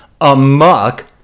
Amok